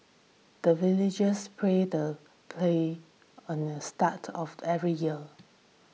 the villagers pray the play on the start of the every year